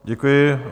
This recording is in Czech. Děkuji.